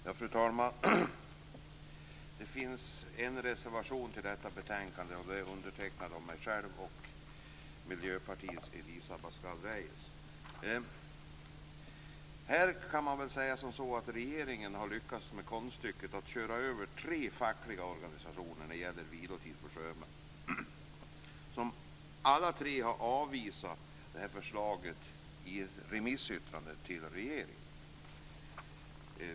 Fru talman! Det finns en reservation till detta betänkande, och den är undertecknad av mig själv och Här har regeringen lyckats med konststycket att köra över tre fackliga organisationer. Alla tre har avvisat detta förslag i ett remissyttrande till regeringen.